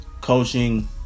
Coaching